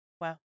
Wow